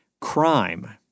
Crime